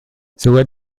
sogar